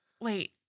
wait